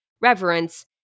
reverence